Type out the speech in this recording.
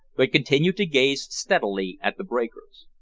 but continued to gaze steadily at the breakers.